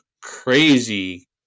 crazy